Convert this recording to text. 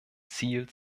ziel